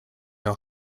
are